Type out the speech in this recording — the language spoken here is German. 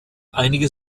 einige